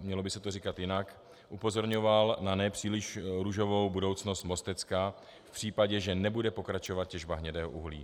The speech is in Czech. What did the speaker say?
mělo by se to říkat jinak upozorňoval na nepříliš růžovou budoucnost Mostecka v případě, že nebude pokračovat těžba hnědého uhlí.